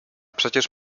przecież